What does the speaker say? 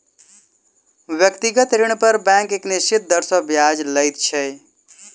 व्यक्तिगत ऋण पर बैंक एक निश्चित दर सॅ ब्याज लैत छै